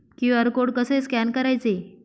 QR code कसे scan करायचे?